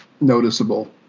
noticeable